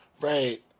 Right